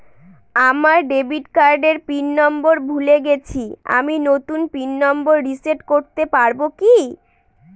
আমার ডেবিট কার্ডের pin number ভুলে গেছি আমি নূতন পিন নম্বর রিসেট করতে পারবো কি?